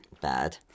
Bad